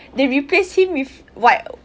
they replaced him with what